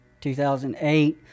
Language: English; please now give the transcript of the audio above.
2008